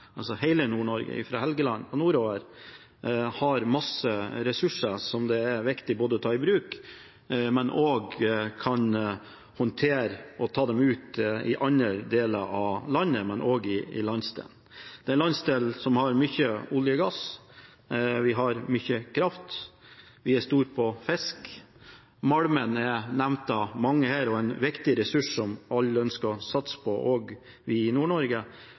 altså hele Nord-Norge, fra Helgeland og nordover – har masse ressurser som det er viktig å ta i bruk. Det er viktig at man kan håndtere og ta dem ut i andre deler av landet, men også i landsdelen. Det er en landsdel som har mye olje og gass, vi har mye kraft, og vi er store på fisk. Malmen er nevnt av mange her. Det er en viktig ressurs som alle ønsker å satse på, også vi i